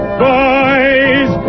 boys